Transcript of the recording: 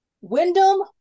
Wyndham